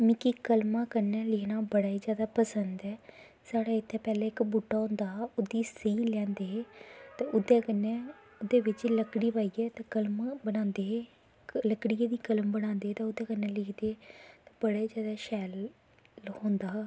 मिकी कलमां कन्नै लिखना बड़ा ई जादा पसंद ऐ साढ़े इत्थें पैह्लें बूह्टा होंदा हा ओह् स्याही लैंदे हे ते ओह् कन्नै ओह्दै बिच्च लकड़ी पाईयै ते कलम बनांदे हे लकड़िये दी कलम बनांदे हे ते ओह्दै कन्नै लिखदे हे बड़ा जादा शैल लखोंदा हा